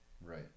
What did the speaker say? right